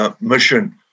Mission